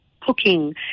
cooking